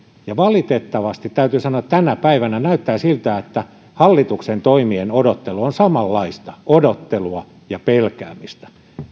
valitettavasti täytyy sanoa että tänä päivänä näyttää siltä että hallituksen toimien odottelu on samanlaista odottelua ja pelkäämistä